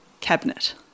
Cabinet